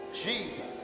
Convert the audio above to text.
Jesus